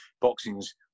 boxing's